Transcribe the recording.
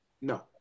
No